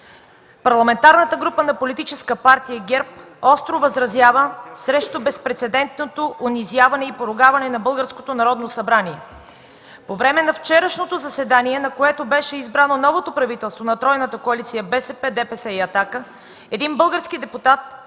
Парламентарната група на Политическа партия ГЕРБ остро възразява срещу безпрецедентното унизяване и поругаване на българското Народно събрание. По време на вчерашното заседание, на което беше избрано новото правителство на тройната коалиция – БСП, ДПС и „Атака”, един български депутат